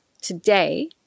Today